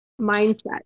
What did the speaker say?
Mindset